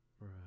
Right